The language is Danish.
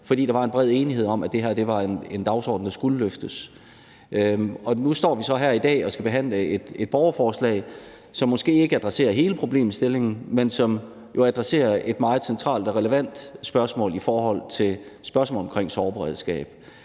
fordi der var en bred enighed om, det her var en dagsorden, der skulle løftes. Men nu står vi så her i dag og skal behandle et borgerforslag, som måske ikke adresserer hele problemstillingen, men som adresserer et meget centralt og relevant spørgsmål i forhold til spørgsmålet om sorgberedskab,